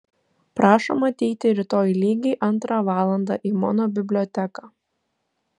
prašom ateiti rytoj lygiai antrą valandą į mano biblioteką